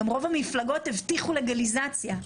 גם רוב המפלגות הבטיחו לגליזציה.